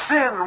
Sin